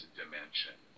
dimension